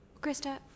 Krista